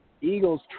Eagles